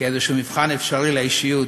כאיזשהו מבחן אפשרי לאישיות